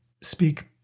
speak